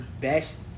best